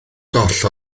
goll